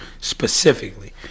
specifically